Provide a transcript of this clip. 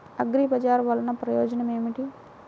అగ్రిబజార్ వల్లన ప్రయోజనం ఏమిటీ?